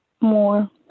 more